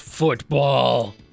football